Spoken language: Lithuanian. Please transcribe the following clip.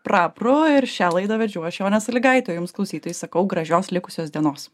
prapru ir šią laidą vedžiau aš jaunė saligaitė jums klausytojai sakau gražios likusios dienos